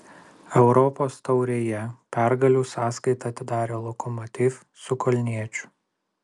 europos taurėje pergalių sąskaitą atidarė lokomotiv su kalniečiu